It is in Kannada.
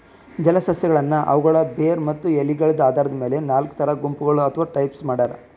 ಜಲಸಸ್ಯಗಳನ್ನ್ ಅವುಗಳ್ ಬೇರ್ ಮತ್ತ್ ಎಲಿದ್ ಆಧಾರದ್ ಮೆಲ್ ನಾಲ್ಕ್ ಥರಾ ಗುಂಪಗೋಳ್ ಅಥವಾ ಟೈಪ್ಸ್ ಮಾಡ್ಯಾರ